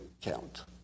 count